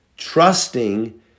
trusting